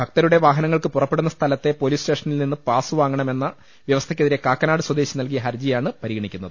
ഭക്ത രുടെ വാഹനങ്ങൾക്ക് പുറപ്പെടുന്ന സ്ഥലത്തെ പൊലീസ് സ്റ്റേഷ നിൽ നിന്ന് പാസ് വാങ്ങണമെന്ന വ്യവസ്ഥക്കെതിരെ കാക്കനാട് സ്വദേശി നല്കിയ ഹർജിയാണ് പരിഗണിക്കുന്നത്